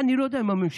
אני לא יודע אם הממשלה,